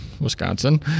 Wisconsin